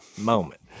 moment